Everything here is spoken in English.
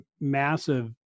massive